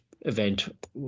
event